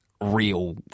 real